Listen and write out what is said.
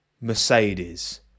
Mercedes